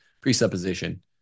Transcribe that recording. presupposition